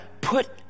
put